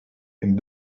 and